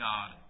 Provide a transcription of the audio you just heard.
God